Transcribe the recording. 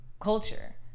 culture